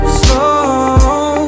slow